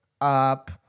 up